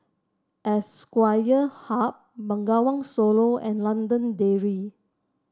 Hub Bengawan Solo and London Dairy